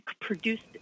produced